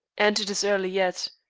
and it is early yet.